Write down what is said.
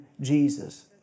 Jesus